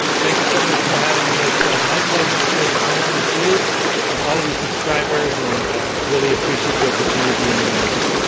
thank you so much for having me. it's my pleasure to share this moment with you and all of your subscribers and i really appreciate the opportunity and the moment.